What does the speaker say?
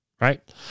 right